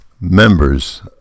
members